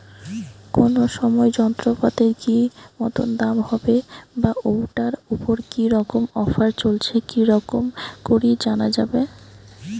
কোন সময় যন্ত্রপাতির কি মতন দাম হবে বা ঐটার উপর কি রকম অফার চলছে কি রকম করি জানা যাবে?